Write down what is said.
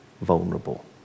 vulnerable